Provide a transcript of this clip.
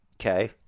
Okay